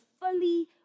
fully